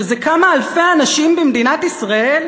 שזה כמה אלפי אנשים במדינת ישראל,